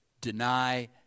deny